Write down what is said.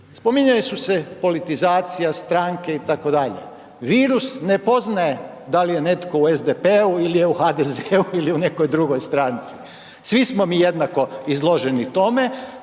Spominjali su se politizacija, stranke itd., virus ne poznaje da li je netko u SDP-u il je u HDZ-u ili u nekoj drugoj stranci, svi smo mi jednako izloženi tome,